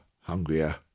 hungrier